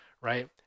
right